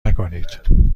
نکنید